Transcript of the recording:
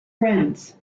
friends